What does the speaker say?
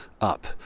up